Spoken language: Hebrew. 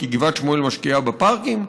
כי גבעת שמואל משקיעה בפארקים,